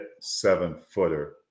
seven-footer